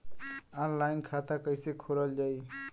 Online खाता कईसे खोलल जाई?